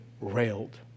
railed